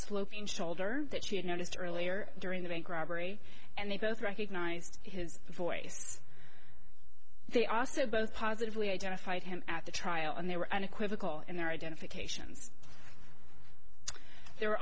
sloping shoulder that she had noticed earlier during the bank robbery and they both recognized his voice they also both positively identified him at the trial and they were unequivocal in their identifications the